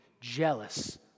jealous